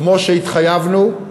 כמו שהתחייבנו.